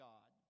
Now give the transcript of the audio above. God